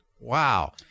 wow